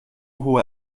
hohe